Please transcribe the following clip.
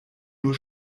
nur